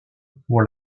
pour